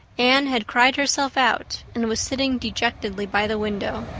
anne had cried herself out and was sitting dejectedly by the window.